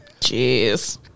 Jeez